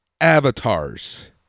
avatars